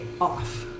off